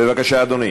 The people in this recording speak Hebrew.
בבקשה, אדוני,